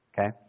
Okay